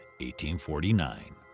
1849